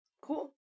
Cool